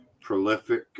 prolific